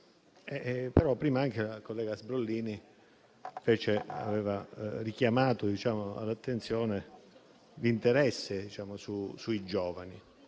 Prima però la collega Sbrollini aveva richiamato all'attenzione l'interesse sui giovani.